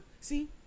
See